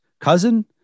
cousin